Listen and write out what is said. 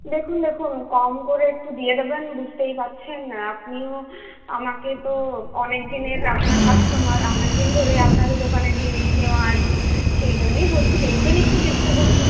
দেখুন দেখুন কম করে একটু দিয়ে দেবেন বুঝতেই পারছেন আপনিও আমাকে তো অনেকদিনের আপনার কাস্টমার অনেকদিন ধরেই আপনাদের দোকানে জিনিস নেওয়া আর কি সেই জন্যেই বলছি দেখবেন একটু চেষ্টা করে